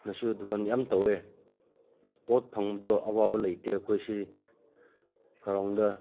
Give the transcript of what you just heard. ꯅꯁꯨ ꯗꯨꯀꯥꯟ ꯌꯥꯝ ꯇꯧꯋꯦ ꯄꯣꯠ ꯐꯪꯕꯗꯣ ꯑꯋꯥꯕ ꯂꯩꯇꯦ ꯑꯩꯈꯣꯏꯁꯤ ꯀꯥꯔꯣꯡꯗ